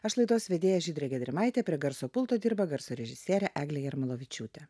aš laidos vedėja žydrė gedrimaitė prie garso pulto dirba garso režisierė eglė jarmolavičiūtė